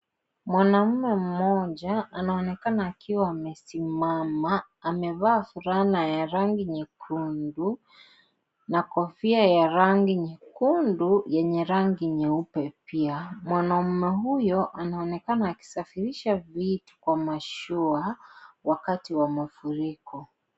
Mwanaume mmoja anaonekana akiwa amesimama amevaa fulana ya rangi nyekundu na kofia ya rangi nyekundu yenye rangi nyeupe pia. Mwanaume huyo anaonekana akisafirisha vitu kwenye mashua wakati wa mafuriko.